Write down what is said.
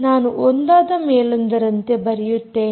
ನಾನು ಒಂದಾದ ಮೇಲೊಂದರಂತೆ ಬರೆಯುತ್ತೇನೆ